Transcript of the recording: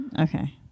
Okay